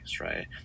right